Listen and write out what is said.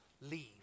leave